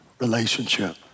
relationship